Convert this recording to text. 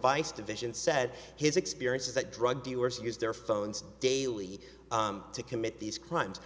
vice division said his experience is that drug dealers use their phones daily to commit these crimes